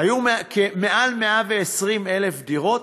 היו מעל 120,000 דירות,